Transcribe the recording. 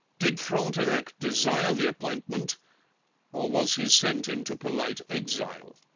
did frontenac desire the appointment or was he sent into polite exile?